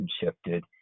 shifted